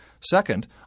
Second